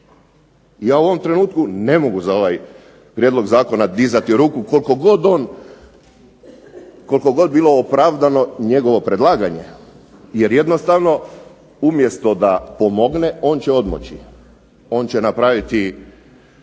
Ja u ovom trenutku ne mogu za ovaj prijedlog zakona dizati ruku koliko god on, koliko god bilo opravdano njegovo predlaganje. Jer jednostavno umjesto da pomogne on će odmoći, on će napraviti,